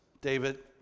David